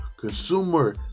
consumer